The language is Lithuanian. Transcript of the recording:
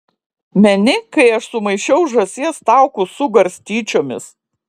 meni kai aš sumaišiau žąsies taukus su garstyčiomis